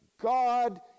God